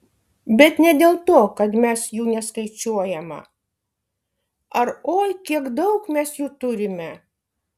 bet ne dėl to kad mes jų neskaičiuojame ar oi kiek daug mes jų turime